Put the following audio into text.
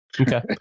Okay